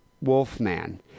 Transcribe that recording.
Wolfman